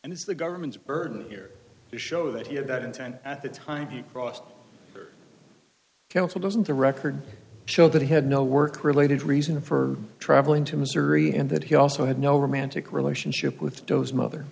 and it's the government's burden here to show that he had that intent at the time he crossed council doesn't the record show that he had no work related reason for traveling to missouri and that he also had no romantic relationship with joe's mother